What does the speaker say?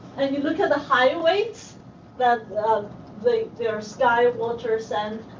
and you look at the high weights that the the ah sky, water, sand,